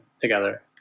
together